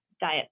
diet